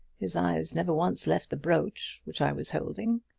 his eyes never once left the brooch which i was holding.